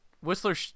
Whistler